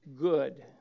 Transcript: good